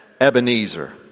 Ebenezer